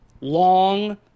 Long